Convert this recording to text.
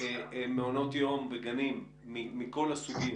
מעונות יום וגנים מכל הסוגים.